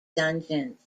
dungeons